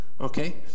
Okay